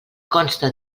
consta